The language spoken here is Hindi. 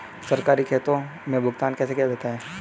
सरकारी खातों में भुगतान कैसे किया जाता है?